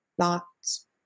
thoughts